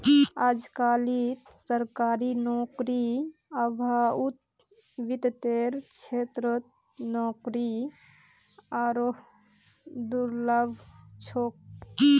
अजकालित सरकारी नौकरीर अभाउत वित्तेर क्षेत्रत नौकरी आरोह दुर्लभ छोक